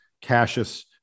Cassius